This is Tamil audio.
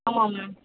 ஆமாம் மேம்